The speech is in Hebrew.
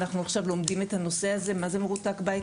אנחנו לומדים את הנושא הזה, מה זה מרותק בית?